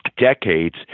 decades